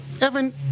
Evan